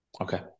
okay